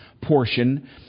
portion